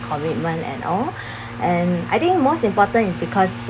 commitment and all and I think most important is because